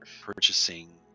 purchasing